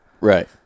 Right